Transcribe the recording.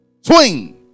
Swing